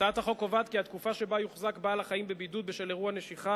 הצעת החוק קובעת כי התקופה שבה יוחזק בעל-החיים בבידוד בשל אירוע נשיכה